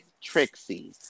Trixie